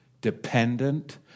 Dependent